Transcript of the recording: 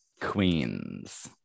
queens